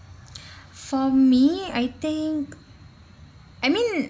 for me I think I mean